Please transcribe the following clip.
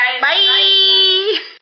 Bye